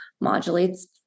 modulates